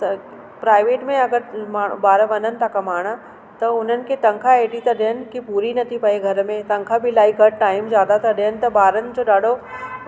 त प्राइवेट में अगरि मा ॿार वञनि था कमाइण त हुननि खे तंखा एॾी था ॾियनि की पूरी नथी पए घर में तंखा बि इलाही घटि टाइम ज्यादा था ॾियनि त ॿारनि जो ॾाढो